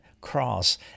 cross